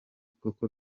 kuko